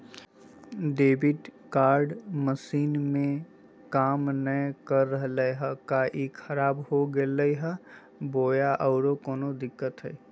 Debit card machine में काम नाय कर रहले है, का ई खराब हो गेलै है बोया औरों कोनो दिक्कत है?